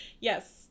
Yes